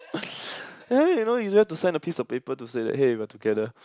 hey you know you don't have to sign a piece of paper to say that hey we are together